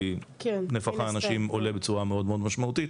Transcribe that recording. כי נפח האנשים עולה בצורה מאוד מאוד משמעותית.